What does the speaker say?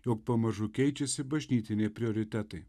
jog pamažu keičiasi bažnytiniai prioritetai